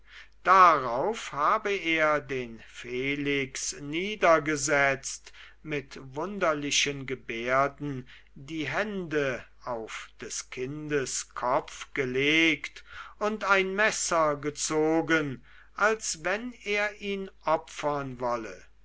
darauf habe er den felix niedergesetzt mit wunderlichen gebärden die hände auf des kindes kopf gelegt und ein messer gezogen als wenn er ihn opfern wollte